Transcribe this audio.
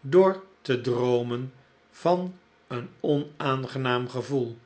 door te droomen van een onaangenaam gevoel